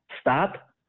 stop